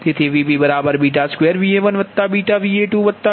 તેથી Vb2Va1βVa2Va0 છે